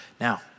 Now